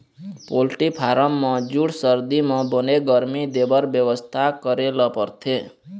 poultry farm म जूड़ सरदी म बने गरमी देबर बेवस्था करे ल परथे